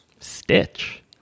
Stitch